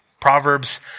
Proverbs